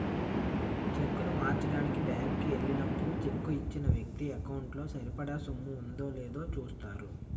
చెక్కును మార్చడానికి బ్యాంకు కి ఎల్లినప్పుడు చెక్కు ఇచ్చిన వ్యక్తి ఎకౌంటు లో సరిపడా సొమ్ము ఉందో లేదో చూస్తారు